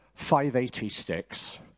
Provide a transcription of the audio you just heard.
586